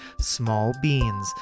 smallbeans